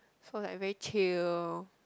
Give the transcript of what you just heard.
so like very chill